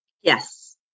Yes